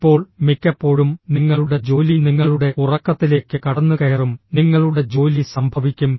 ഇപ്പോൾ മിക്കപ്പോഴും നിങ്ങളുടെ ജോലി നിങ്ങളുടെ ഉറക്കത്തിലേക്ക് കടന്നുകയറും നിങ്ങളുടെ ജോലി സംഭവിക്കും